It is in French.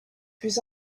plus